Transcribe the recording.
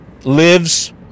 lives